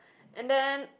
and then